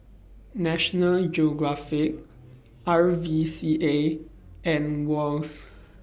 National Geographic R V C A and Wall's